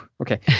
Okay